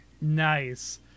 nice